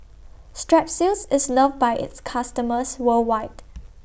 Strepsils IS loved By its customers worldwide